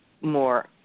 more